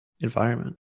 environment